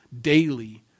daily